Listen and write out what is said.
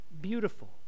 beautiful